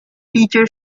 teacher